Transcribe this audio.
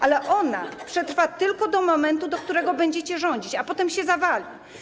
Ale ona przetrwa tylko do momentu, do którego będziecie rządzić, a potem się zawali.